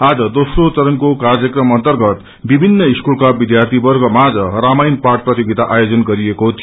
आज दोम्रो चरणो कार्यक्रम अर्न्तगत विभिन्न स्कूलका विध्यार्थीवर्ग माझ रामायण पाठ प्रतियोगिता आयोजन गरिएको थियो